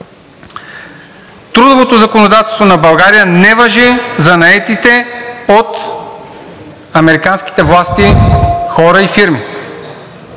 Трудовото законодателство на България не важи за наетите от американските власти хора и фирми.